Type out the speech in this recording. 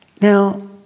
Now